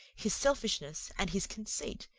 his selfishness, and his conceit,